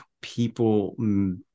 people